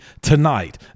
tonight